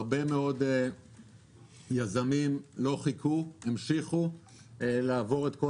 הרבה יזמים לא חיכו והמשיכו לעבור את כל